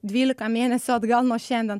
dvylika mėnesių atgal nuo šiandien